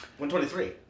123